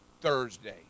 Thursday